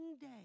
day